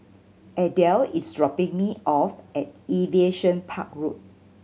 Adell is dropping me off at Aviation Park Road